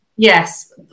Yes